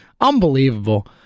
Unbelievable